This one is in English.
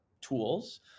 tools